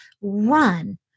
Run